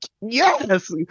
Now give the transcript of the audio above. yes